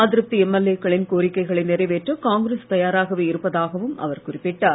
அதிருப்தி எம்எல்ஏக்களின் கோரிக்கைகளை நிறைவேற்ற காங்கிரஸ் தயாராகவே இருப்பதாகவும் அவர் குறிப்பிட்டார்